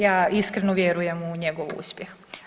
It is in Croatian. Ja iskreno vjerujem u njegov uspjeh.